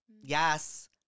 Yes